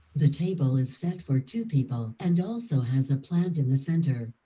the table is set for two people and also has a plant in the center.